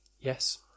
Yes